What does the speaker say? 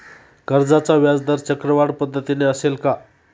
कर्जाचा व्याजदर चक्रवाढ पद्धतीने असेल का?